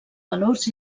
valors